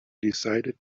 decided